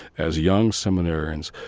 as young seminarians,